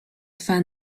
twa